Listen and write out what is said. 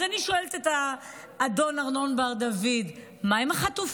אז אני שואלת את האדון ארנון בר דוד: מה עם החטופים?